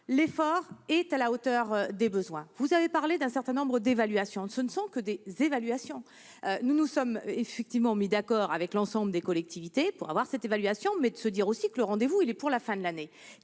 l'effort est à la hauteur des besoins. Vous avez évoqué un certain nombre d'évaluations : ce ne sont que des évaluations. Nous nous sommes effectivement mis d'accord avec l'ensemble des collectivités pour les réaliser, mais nous avons aussi décidé que le rendez-vous serait fixé à la fin de l'année.